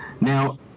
Now